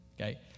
okay